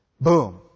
boom